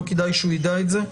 לא כדאי שהוא ידע את זה?